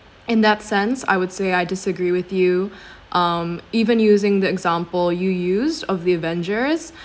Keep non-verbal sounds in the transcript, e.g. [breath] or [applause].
in that sense I would say I disagree with you [breath] um even using the example you used of the avengers